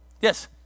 Yes